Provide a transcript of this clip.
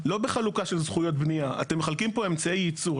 לא בחלוקה של זכויות בנייה אתם מחלקים פה אמצעי ייצור,